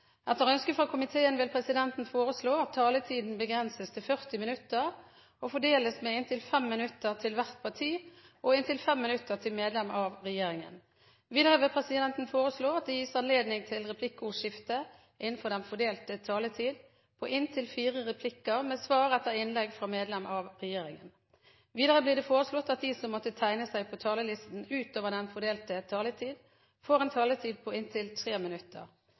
Etter ønske fra finanskomiteen vil presidenten foreslå at taletiden begrenses til 40 minutter og fordeles med inntil 5 minutter til hvert parti og inntil 5 minutter til medlem av regjeringen. Videre vil presidenten foreslå at det gis anledning til replikkordskifte på inntil fire replikker med svar etter innlegg fra medlem av regjeringen innenfor den fordelte taletid. Videre blir det foreslått at de som måtte tegne seg på talerlisten utover den fordelte taletid, får en taletid på inntil 3 minutter.